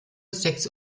sechs